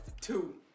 Two